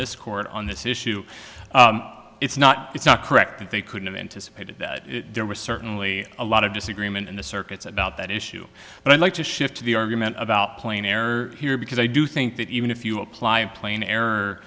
this court on this issue it's not it's not correct that they couldn't have anticipated that there was certainly a lot of disagreement in the circuits about that issue but i'd like to shift to the argument about plain error here because i do think that even if you apply a plain error